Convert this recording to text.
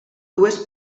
dues